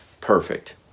perfect